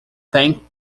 thank